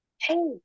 Hey